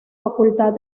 facultad